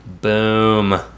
Boom